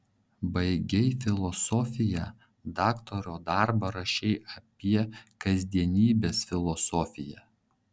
baigei filosofiją daktaro darbą rašei apie kasdienybės filosofiją